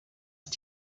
ist